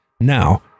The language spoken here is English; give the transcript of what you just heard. Now